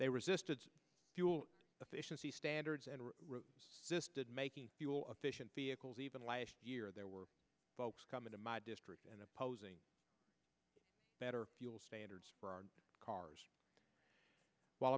they resisted fuel efficiency standards and this did making fuel efficient vehicles even last year there were folks coming to my district and opposing better fuel standards for our cars while